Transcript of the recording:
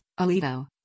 Alito